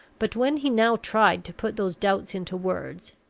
but when he now tried to put those doubts into words,